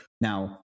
Now